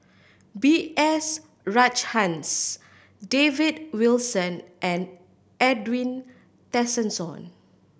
B S Rajhans David Wilson and Edwin Tessensohn